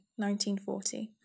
1940